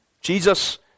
Jesus